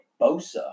Bosa